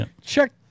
Check